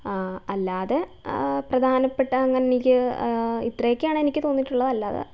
അല്ലാതെ പ്രധാനപ്പെട്ട അങ്ങനെയെനിക്ക് ഇത്രയൊക്കെയാണ് എനിക്ക് തോന്നിയിട്ടുള്ളത് അല്ലാതെ